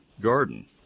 garden